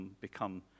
become